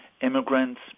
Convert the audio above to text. immigrants